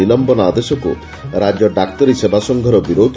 ନିଲମ୍ଘନ ଆଦେଶକୁ ରାଜ୍ୟ ଡାକ୍ତରୀ ସେବାସଂଘର ବିରୋଧ